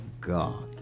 God